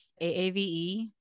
AAVE